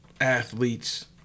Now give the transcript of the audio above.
athletes